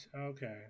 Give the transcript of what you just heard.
Okay